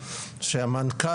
שהמנכ"ל,